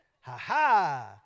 Ha-ha